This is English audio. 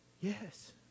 yes